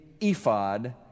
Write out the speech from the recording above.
ephod